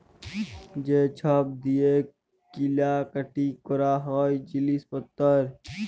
যে ছব দিঁয়ে কিলা কাটি ক্যরা হ্যয় জিলিস পত্তর